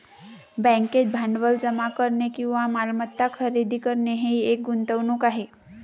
बँकेत भांडवल जमा करणे किंवा मालमत्ता खरेदी करणे ही एक गुंतवणूक आहे